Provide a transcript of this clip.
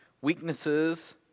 weaknesses